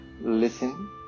listen